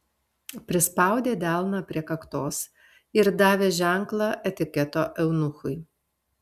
prispaudė delną prie kaktos ir davė ženklą etiketo eunuchui